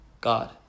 God